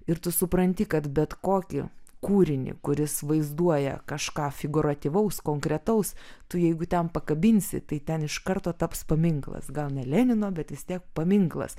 ir tu supranti kad bet kokį kūrinį kuris vaizduoja kažką figurativaus konkretaus tu jeigu ten pakabinsi tai ten iš karto taps paminklas gal ne lenino bet vis tiek paminklas